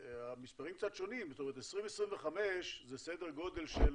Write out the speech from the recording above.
המספרים קצת שונים, זאת אומרת 2025 זה סדר גודל של